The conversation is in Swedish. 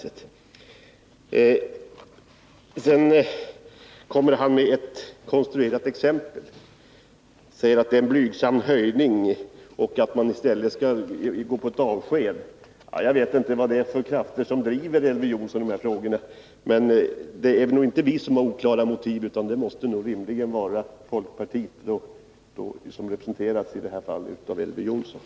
Sedan kommer Elver Jonsson med ett konstruerat exempel. Han säger att det är en blygsam höjning och att man i stället skall gå med på avsked. Jag vet inte vad det är för krafter som driver Elver Jonsson i de här frågorna. Men det är noginte vi som har oklara motiv, utan det måste rimligen vara folkpartiet, i detta fall representerat av Elver Jonsson.